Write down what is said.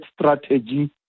strategy